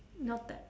noted